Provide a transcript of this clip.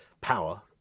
power